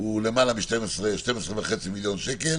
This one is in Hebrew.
הוא למעלה מ-12.5 מיליון שקל